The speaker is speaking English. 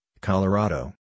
Colorado